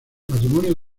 matrimonio